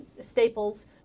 staples